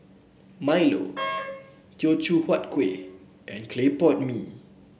Milo Teochew Huat Kueh and Clay Pot Mee